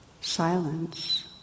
silence